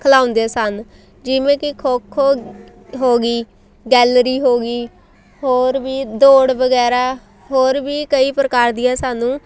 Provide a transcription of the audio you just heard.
ਖਲਾਉਂਦੇ ਸਨ ਜਿਵੇਂ ਕਿ ਖੋ ਖੋ ਹੋ ਗਈ ਗੈਲਰੀ ਹੋ ਗਈ ਹੋਰ ਵੀ ਦੌੜ ਵਗੈਰਾ ਹੋਰ ਵੀ ਕਈ ਪ੍ਰਕਾਰ ਦੀਆਂ ਸਾਨੂੰ